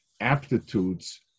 aptitudes